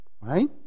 Right